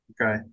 Okay